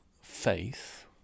faith